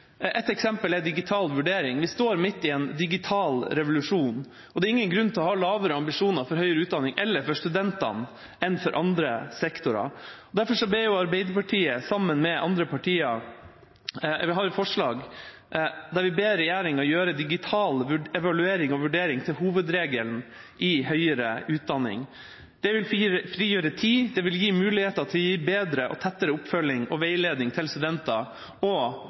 et forslag til vedtak der vi ber regjeringa «gjøre digital evaluering og vurdering til hovedregelen i høyere utdanning». Det vil frigjøre tid, det vil gi muligheter til å gi bedre og tettere oppfølging og veiledning til studenter, og